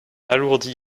alourdit